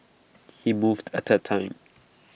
he moved A third time